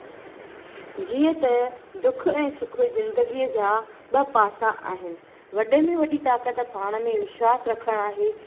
जीअं त दुख ऐं सुखु ज़िंदगीअ जा ॿ पासा आहिनि वॾे में वॾी ताकत पाण में विश्वासु रखणु आहे